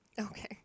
Okay